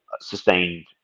sustained